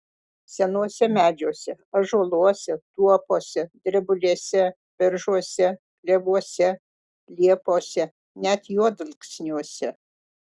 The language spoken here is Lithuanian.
senuose medžiuose ąžuoluose tuopose drebulėse beržuose klevuose liepose net juodalksniuose